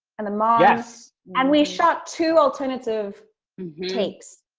and the mom. yes. and we shot two alternative takes.